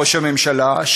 ראש הממשלה,